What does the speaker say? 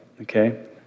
okay